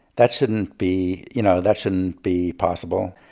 that shouldn't be you know, that shouldn't be possible.